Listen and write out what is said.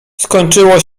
skończyło